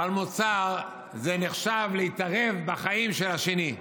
על מוצר זה נחשב להתערב בחיים של השני.